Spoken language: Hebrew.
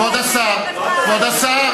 כבוד השר, כבוד השר.